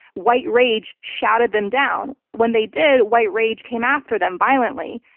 white rage shouted them down. when they did, white rage came after them, violently.